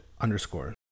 underscore